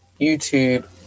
YouTube